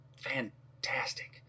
fantastic